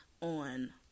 on